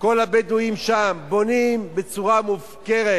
כל הבדואים שם בונים בצורה מופקרת